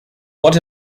what